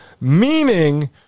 meaning